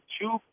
two